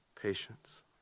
patience